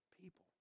people